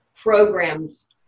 programs